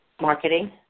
Marketing